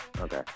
Okay